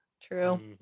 True